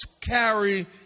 carry